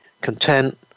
content